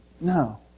No